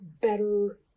better